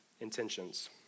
intentions